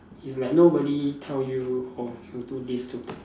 it's like nobody tell you oh you do this do that